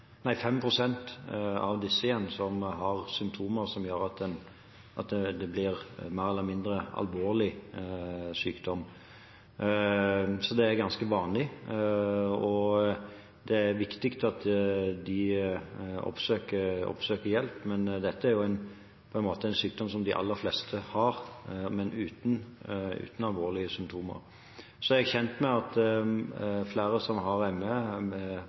av disse igjen som har symptomer som gjør at det blir mer eller mindre alvorlig sykdom. Så det er ganske vanlig, og det er viktig at de oppsøker hjelp, men dette er en sykdom som de aller fleste har, men uten alvorlige symptomer. Jeg er kjent med at flere som har